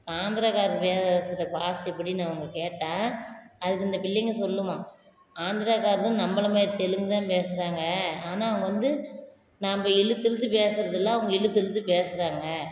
ஆந்திராகாரர் பேசுகிற பாஷை எப்படின்னு அவங்க கேட்டால் அதுக்கு இந்த பிள்ளைங்க சொல்லுமாம் ஆந்திராகாரரும் நம்மளை மாதிரி தெலுங்கு தான் பேசுகிறாங்க ஆனால் அவங்க வந்து நம்ப இழுத்து இழுத்து பேசுறதில்ல அவங்க இழுத்து இழுத்து பேசுகிறாங்க